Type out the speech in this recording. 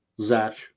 zach